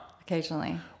Occasionally